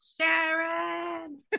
Sharon